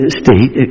state